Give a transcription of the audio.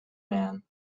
man